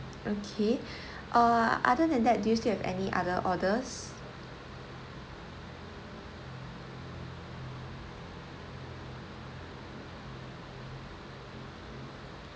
okay uh other than that you still have any other orders